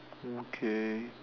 okay